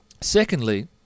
Secondly